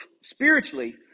spiritually